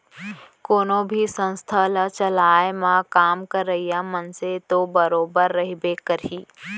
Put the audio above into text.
कोनो भी संस्था ल चलाए म काम करइया मनसे तो बरोबर रहिबे करही